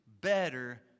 better